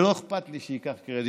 ולא אכפת לי שייקח קרדיט,